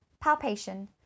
palpation